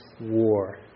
war